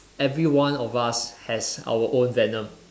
everyone of us has our own venom